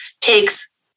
takes